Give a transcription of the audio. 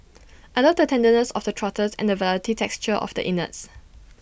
I love the tenderness of the trotters and the velvety texture of the innards